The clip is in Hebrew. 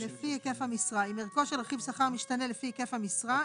לפי היקף המשרה 4א. אם ערכו של רכיב שכר משתנה לפי היקף המשרה,